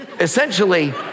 Essentially